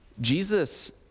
Jesus